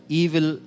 evil